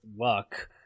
luck